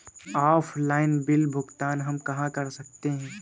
Offline bill भुगतान हम कहां कर सकते हैं?